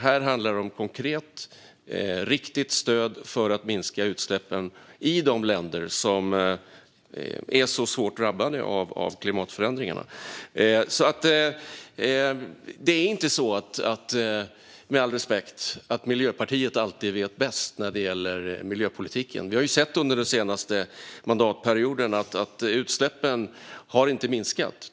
Här handlar det om konkret, riktigt stöd för att minska utsläppen i de länder som är svårt drabbade av klimatförändringarna. Med all respekt vill jag säga att Miljöpartiet inte alltid vet bäst när det gäller miljöpolitiken. Vi har sett under den senaste mandatperioden att utsläppen inte har minskat.